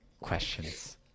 questions